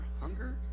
hunger